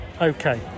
Okay